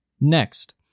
Next